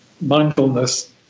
mindfulness